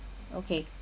okay